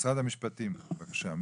משרד המשפטים, בבקשה.